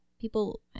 people